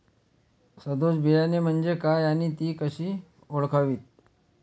सदोष बियाणे म्हणजे काय आणि ती कशी ओळखावीत?